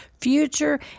future